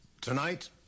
Tonight